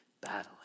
battling